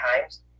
times